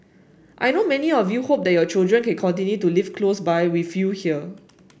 I know many of you hope that your children can continue to live close by with you here